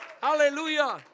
Hallelujah